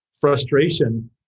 frustration